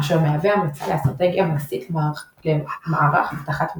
אשר מהווה המלצה לאסטרטגיה מעשית למערך אבטחת מידע.